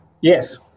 Yes